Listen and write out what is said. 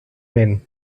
men